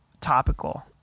topical